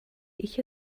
ich